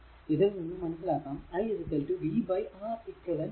ഇതിൽ നിന്നും മനസിലാക്കാം i v Req ആണ്